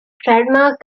trademark